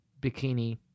bikini